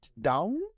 down